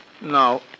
No